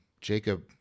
Jacob